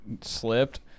slipped